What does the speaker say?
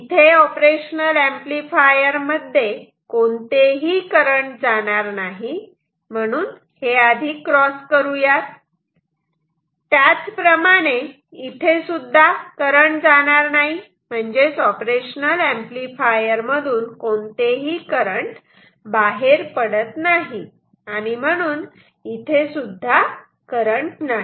इथे operational amplifier मध्ये कोणतेही करंट जाणार नाही म्हणून हे क्रॉस करूयात त्याचप्रमाणे इथेसुद्धा करंट जाणार नाही म्हणजेच ऑपरेशनल ऍम्प्लिफायर मधून कोणतेही करंट बाहेर पडत नाही आणि म्हणून इथे सुद्धा करंट नाही